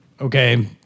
okay